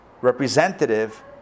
representative